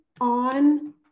on